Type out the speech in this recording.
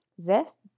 zest